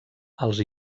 els